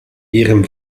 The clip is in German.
ihrem